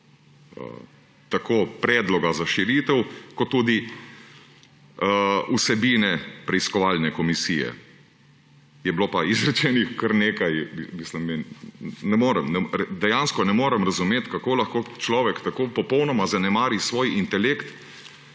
tako predloga za širitev kot tudi vsebine preiskovalne komisije. Je bilo pa izrečenih ker nekaj … Ne morem. Dejansko ne morem razumeti, kako lahko človek tako popolnoma zanemari svoj intelekt,